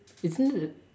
isn't it